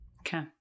Okay